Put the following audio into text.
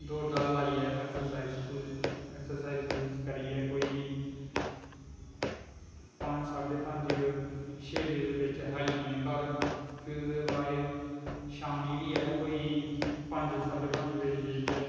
दौड़ दाड़ लाईयै ऐक्सर्साईज़ सूईज़ करियै कोई पंज साडे पंज बज़े छे बज़े दे बिच्च आई जन्ने घर फिर ओह्दे बाद शाम्मी बी अस अज पंज साढे पंज बज़े जाईयै